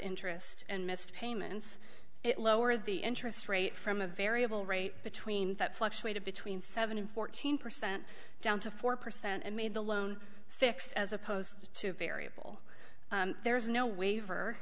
interest and missed payments lower the interest rate from a variable rate between that fluctuated between seven and fourteen percent down to four percent and made the loan fixed as opposed to a variable there is no waiver